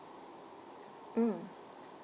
mm